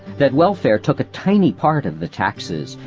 that welfare took a tiny part of the taxes,